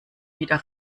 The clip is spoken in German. wieder